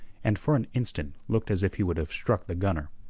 and for an instant looked as if he would have struck the gunner.